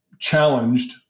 challenged